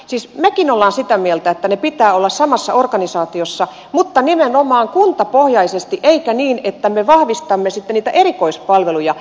siis mekin olemme sitä mieltä että niiden pitää olla samassa organisaatiossa mutta nimenomaan kuntapohjaisesti eikä niin että me vahvistamme sitten niitä erikoispalveluja